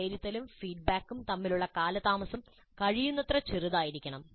വിലയിരുത്തലും ഫീഡ്ബാക്കും തമ്മിലുള്ള കാലതാമസം കഴിയുന്നത്ര ചെറുതായിരിക്കണം